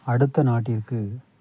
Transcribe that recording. அடுத்த நாட்டிற்கு